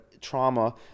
trauma